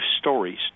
stories